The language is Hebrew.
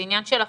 זה עניין שלכם,